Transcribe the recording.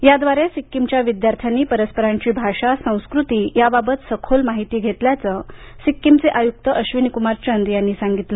या द्वारे सिक्कीमच्या विद्यार्थ्यानी परस्परांची भाषा संस्कृती याबाबत सखोल माहिती घेतल्याचं सिक्कीमचे आयुक्त अश्वनीकुमार चंद यांनी सांगितलं